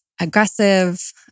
aggressive